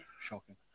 Shocking